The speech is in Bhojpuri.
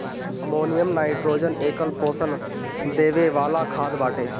अमोनियम नाइट्रोजन एकल पोषण देवे वाला खाद बाटे